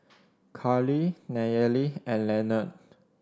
Karley Nayely and Leonard